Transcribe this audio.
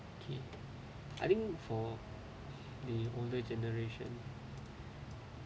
okay I think for the older generation